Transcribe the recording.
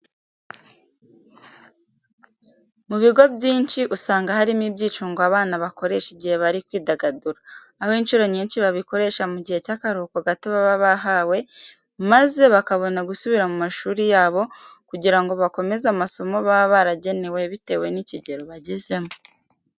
Mu bigo byinshi usanga harimo ibyicungo abana bakoresha igihe bari kwidagadura, aho inshuro nyinshi babikoresha mu gihe cy'akaruhuko gato baba bahawe maze bakabona gusubira mu mashuri yabo kugira ngo bagakomeza amasomo baba baragenewe bitewe n'ikigero bagezemo.